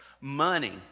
money